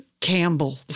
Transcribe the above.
Campbell